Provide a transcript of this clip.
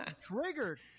triggered